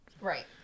Right